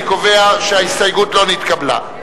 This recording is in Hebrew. אני קובע שההסתייגות לא נתקבלה.